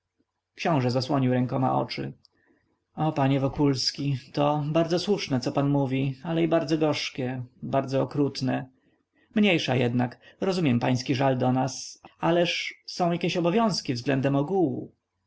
książe zasłonił rękoma oczy o panie wokulski to bardzo słuszne co pan mówi ale i bardzo gorzkie bardzo okrutne mniejsza jednak rozumiem pański żal do nas ależ są jakieś obowiązki względem ogółu